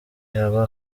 yaba